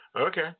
okay